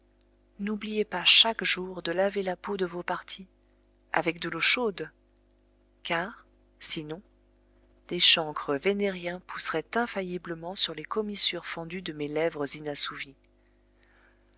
n'oubliez pas chaque jour de laver la peau de vos parties avec de l'eau chaude car sinon des chancres vénériens pousseraient infailliblement sur les commissures fendues de mes lèvres inassouvies